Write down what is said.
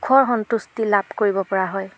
সুখৰ সন্তুষ্টি লাভ কৰিব পৰা হয়